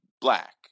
black